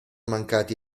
mancati